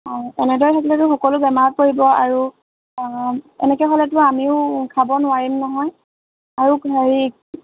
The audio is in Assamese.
অঁ এনেদৰে থাকিলেতো সকলো বেমাৰত পৰিব আৰু এনেকে হ'লেতো আমিও খাব নোৱাৰিম নহয় আৰু হেৰি